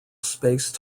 space